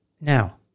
Now